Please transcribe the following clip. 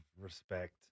respect